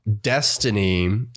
Destiny